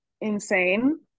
insane